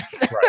Right